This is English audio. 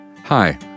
Hi